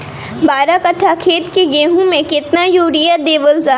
बारह कट्ठा खेत के गेहूं में केतना यूरिया देवल जा?